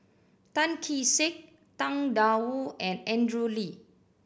Tan Kee Sek Tang Da Wu and Andrew Lee